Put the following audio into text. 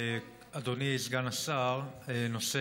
אדוני סגן השר, נושא